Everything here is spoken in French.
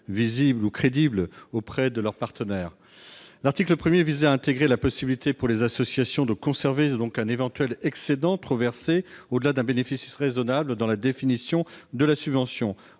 visibles ou crédibles aux yeux de leurs partenaires. L'article 1 visait à intégrer la possibilité pour les associations de conserver un éventuel excédent trop versé au-delà d'un bénéfice raisonnable, dans la définition de la subvention.